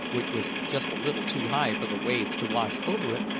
which was just a little too high for the waves to wash over it,